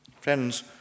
Friends